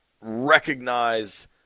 recognize